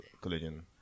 collision